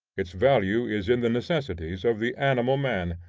its value is in the necessities of the animal man.